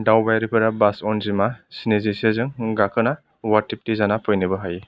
दावबायारिफोरा बास अनजिमा स्निजिसे जों गाखोना वाटिपट्टी जाना फैनोबो हायो